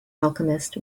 alchemist